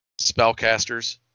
spellcasters